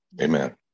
Amen